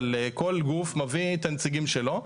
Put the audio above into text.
אבל כל גוף מביא את הנציגים שלו.